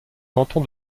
canton